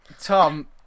Tom